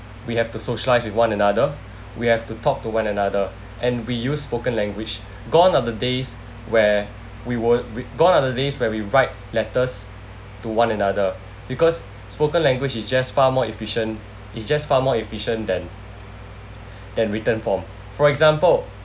we have to socialise with one another we have to talk to one another and we use spoken language gone are the days where we won~ we gone are the days where we write letters to one another because spoken language is just far more efficient it's just far more efficient than than written form for example